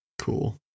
cool